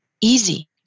easy